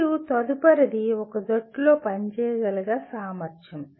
మరియు తదుపరిది ఒక జట్టులో పని చేసే సామర్థ్యం